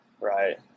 Right